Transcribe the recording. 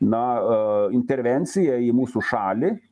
na intervencija į mūsų šalį